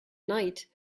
night